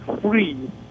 free